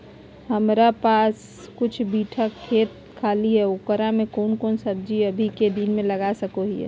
हमारा पास कुछ बिठा खेत खाली है ओकरा में कौन कौन सब्जी अभी के दिन में लगा सको हियय?